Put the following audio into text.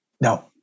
No